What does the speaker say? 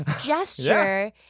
gesture